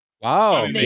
wow